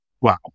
Wow